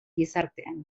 gizartean